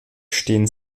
stehen